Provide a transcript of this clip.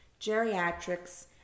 geriatrics